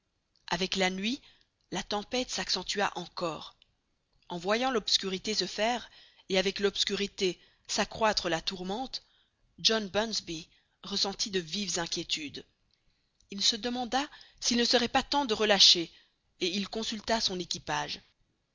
avec la nuit la tempête s'accentua encore en voyant l'obscurité se faire et avec l'obscurité s'accroître la tourmente john bunsby ressentit de vives inquiétudes il se demanda s'il ne serait pas temps de relâcher et il consulta son équipage